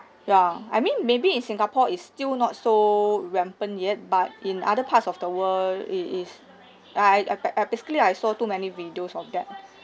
ya I mean maybe in singapore it's still not so rampant yet but in other parts of the world it is I I ba~ I basically I saw too many videos of that